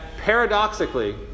paradoxically